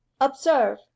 observe